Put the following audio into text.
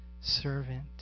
servant